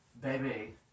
Baby